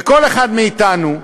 וכל אחד מאתנו,